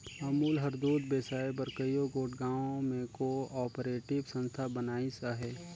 अमूल हर दूद बेसाए बर कइयो गोट गाँव में को आपरेटिव संस्था बनाइस अहे